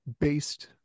based